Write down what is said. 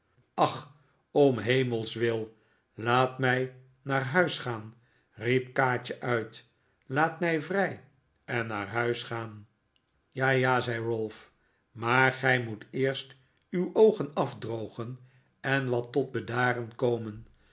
ach om s hemels wil laat mij naar huis gaan riep kaatje uit laat mij vrij en naar huis gaan ja ja zei ralph maar gij moet eerst uw oogen afdrogen en wat tot bedaren komen